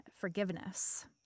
forgiveness